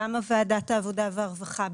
גם ועדת העבודה והרווחה,